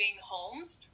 homes